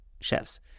chefs